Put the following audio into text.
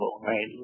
right